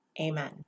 Amen